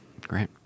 Great